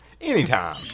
Anytime